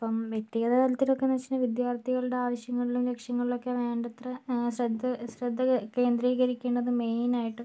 ഇപ്പം വ്യക്തിഗത തലത്തിൽ എന്നൊക്കെ വെച്ചിട്ടുണ്ടങ്കിൽ വിദ്യാർത്ഥികളുടെ ആവശ്യങ്ങളിലും ലക്ഷ്യങ്ങളിലും ഒക്കെ വേണ്ടത്ര ശ്രദ്ധ ശ്രദ്ധ കേന്ദ്രീകരിക്കേണ്ടത് മെയിനായിട്ടും